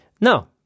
No